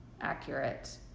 accurate